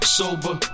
sober